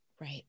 Right